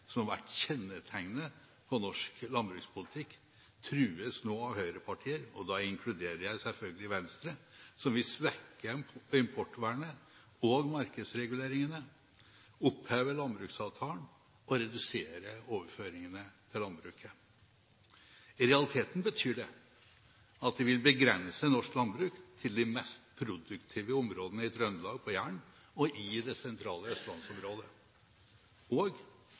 som har vært kjennetegnet på norsk landbrukspolitikk, trues nå av høyrepartier, og da inkluderer jeg selvfølgelig Venstre, som vil svekke importvernet og markedsreguleringene, oppheve landbruksavtalen og redusere overføringene til landbruket. I realiteten betyr det at de vil begrense norsk landbruk til de mest produktive områdene i Trøndelag, på Jæren og i det sentrale østlandsområdet, og